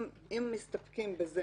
אם מסתפקים בזה